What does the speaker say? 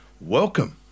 welcome